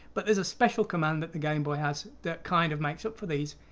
but there's a special command that the game boy has that kind of makes up for these.